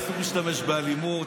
אסור להשתמש באלימות.